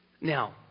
Now